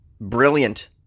brilliant